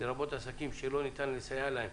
לרבות עסקים שלא ניתן לסייע להם,